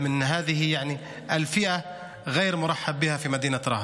אולם הסוג הזה, הקבוצה הזאת אינה רצויה בעיר רהט.)